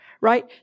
right